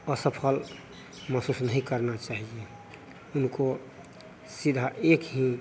असफल महसूस नहीं करना चाहिए उनको सीधा एक ही